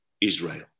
Israel